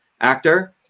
actor